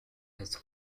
has